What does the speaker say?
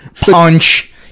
punch